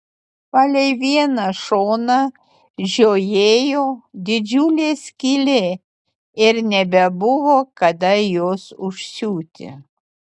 palei vieną šoną žiojėjo didžiulė skylė ir nebebuvo kada jos užsiūti